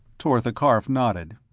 tortha karf nodded.